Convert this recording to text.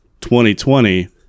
2020